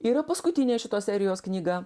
yra paskutinė šitos serijos knyga